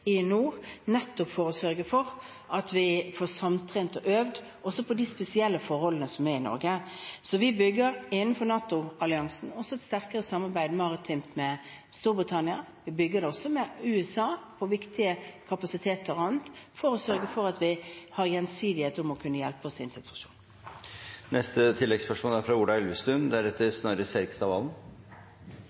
i nord, nettopp for å sørge for at vi får samtrent og øvd på de spesielle forholdene som er i Norge. Vi bygger innenfor NATO-alliansen også et sterkere samarbeid maritimt med Storbritannia, og vi bygger det med USA på viktige kapasiteter og annet, for å sørge for at vi har gjensidighet om å kunne hjelpe hverandre. Ola Elvestuen – til oppfølgingsspørsmål. Statsministeren understrekte hvor sammensatt USA fortsatt er